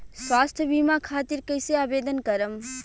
स्वास्थ्य बीमा खातिर कईसे आवेदन करम?